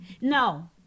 No